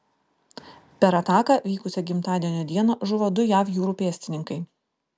per ataką vykusią gimtadienio dieną žuvo du jav jūrų pėstininkai